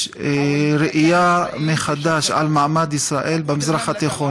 יש ראייה מחדש של מעמד ישראל במזרח התיכון,